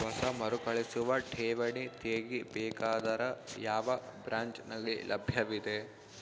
ಹೊಸ ಮರುಕಳಿಸುವ ಠೇವಣಿ ತೇಗಿ ಬೇಕಾದರ ಯಾವ ಬ್ರಾಂಚ್ ನಲ್ಲಿ ಲಭ್ಯವಿದೆ?